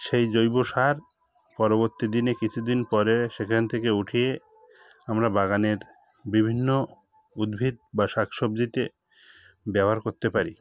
সেই জৈব সার পরবর্তী দিনে কিছু দিন পরে সেখান থেকে উঠিয়ে আমরা বাগানের বিভিন্ন উদ্ভিদ বা শাক সবজিতে ব্যবহার করতে পারি